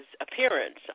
appearance